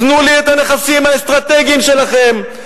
תנו לי את הנכסים האסטרטגיים שלכם.